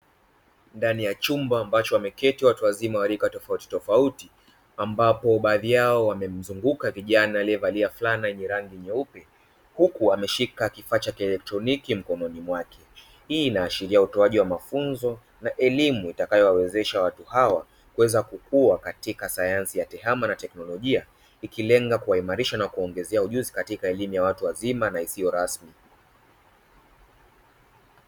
Ndani ya chumba ambapo wameketi watu wazima wa rika tofauti tofauti ambapo baadhi yao wamemzunguka kijana alievalia flani yenye rangi nyeupe, huku ameshika kifaa cha kieletroniki mkononi mwake. Hii inaashiria utoaji wa mafunzo na elimu itakayowawezesha watu hawa kuweza kukuwa katika sanyansi ya tehama ikilenga kuwaimarisha kuwaongezea ujuzi ya elimu ya watu wazima na isiyo rasmi.